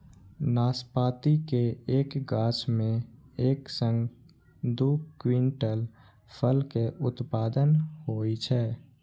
नाशपाती के एक गाछ मे एक सं दू क्विंटल फल के उत्पादन होइ छै